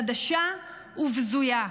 חדשה ובזויה.